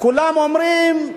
כולם אומרים: